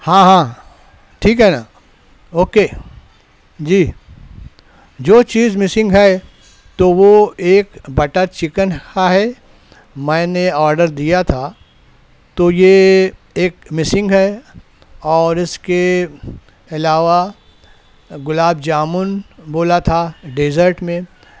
ہاں ہاں ٹھیک ہے نا اوکے جی جو چیز مسنگ ہے تو وہ ایک بٹر چکن ہے میں نے آڈر دیا تھا تو یہ ایک مسنگ ہے اور اس کے علاوہ گلاب جامن بولا تھا ڈیزرٹ میں